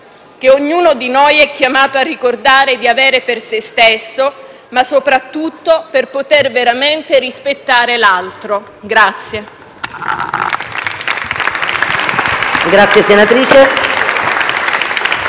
che ognuno di noi è chiamato a ricordare di avere per se stesso, ma soprattutto per poter veramente rispettare l'altro.